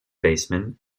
baseman